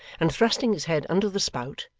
and thrusting his head under the spout,